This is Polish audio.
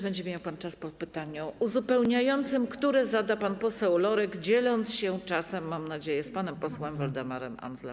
Będzie miał pan jeszcze czas po pytaniu uzupełniającym, które zada pan poseł Lorek, dzieląc się czasem, mam nadzieję, z panem posłem Waldemarem Andzelem.